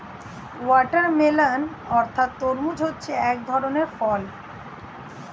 watermelon অর্থাৎ তরমুজ হচ্ছে এক ধরনের ফল